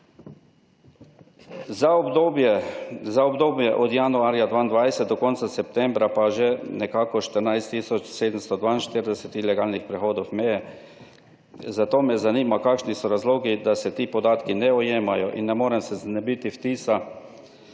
Za obdobje od januarja 2022 do konca septembra pa že nekako 14 tisoč 742 ilegalnih prehodov meje. Zato me zanima: Kakšni so razlogi, da se ti podatki ne ujemajo in ne morem se znebiti vtisa,